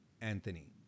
Anthony